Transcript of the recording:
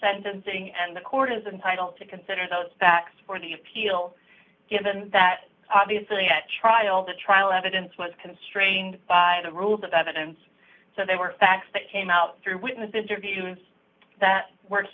sentencing and the court is entitled to consider those facts for the appeal given that obviously at trial the trial evidence was constrained by the rules of evidence so they were facts that came out through witness interviews that w